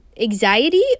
anxiety